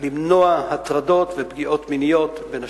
למנוע הטרדות ופגיעות מיניות בנשים.